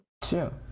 Two